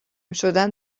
شدن